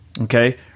Okay